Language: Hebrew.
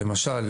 למשל,